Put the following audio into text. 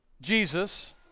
Jesus